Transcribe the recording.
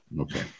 Okay